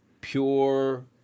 Pure